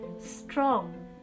strong